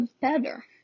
better